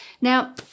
Now